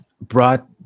brought